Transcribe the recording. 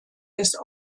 des